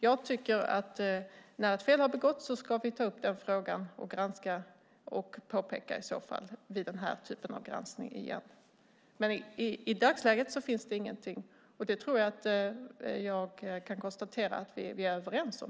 Jag tycker att vi ska ta upp frågan när ett fel har begåtts, granska det och i så fall påpeka det vid denna typ av granskning. I dagsläget finns det dock ingenting, och det tror jag att jag kan konstatera att vi är överens om.